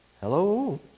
Hello